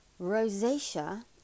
rosacea